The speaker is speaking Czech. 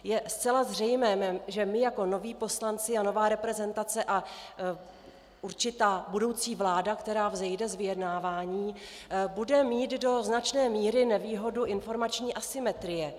Je zcela zřejmé, že my jako noví poslanci a nová reprezentace a určitá budoucí vláda, která vzejde z vyjednávání, bude mít do značné míry nevýhodu informační asymetrie.